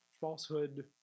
falsehood